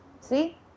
See